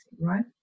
right